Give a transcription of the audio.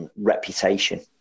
reputation